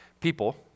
people